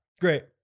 great